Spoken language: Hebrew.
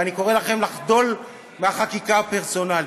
ואני קורא לכם לחדול מהחקיקה הפרסונלית.